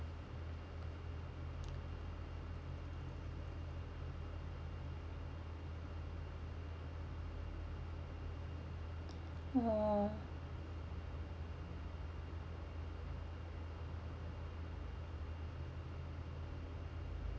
oh